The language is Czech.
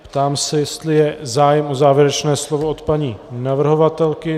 Ptám se, jestli je zájem o závěrečné slovo od paní navrhovatelky.